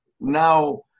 now